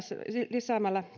lisäämällä